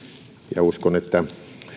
ja uskon että